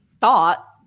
thought